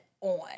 on